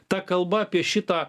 ta kalba apie šitą